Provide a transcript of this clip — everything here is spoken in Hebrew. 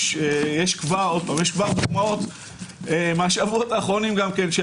יש כבר דוגמאות גם מהשבועות האחרונים.